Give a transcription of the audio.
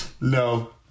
No